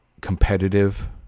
competitive